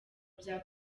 bya